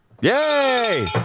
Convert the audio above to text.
Yay